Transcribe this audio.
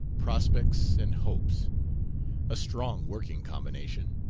prospects and hopes a strong working combination.